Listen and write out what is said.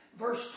verse